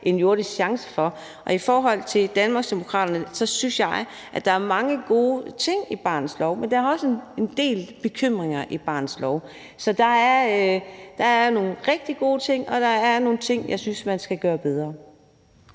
en jordisk chance for det. Som medlem af Danmarksdemokraterne synes jeg, at der er mange gode ting i forslag til barnets lov, men der er også en del ting, der bekymrer mig i forslag til barnets lov. Så der er nogle rigtig gode ting, og der er nogle ting, jeg synes man skal gøre bedre.